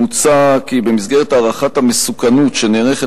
מוצע כי במסגרת הערכת המסוכנות שנערכת